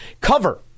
cover